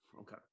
okay